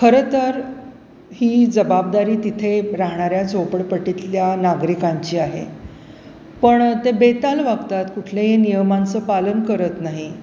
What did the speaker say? खरं तर ही जबाबदारी तिथे राहणाऱ्या जोपडपटीतल्या नागरिकांची आहे पण ते बेताल वागतात कुठल्याही नियमांचं पालन करत नाही